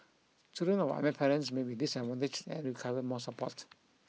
children of unwed parents may be disadvantaged and require more support